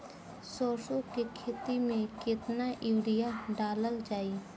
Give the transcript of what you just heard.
सरसों के खेती में केतना यूरिया डालल जाई?